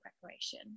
preparation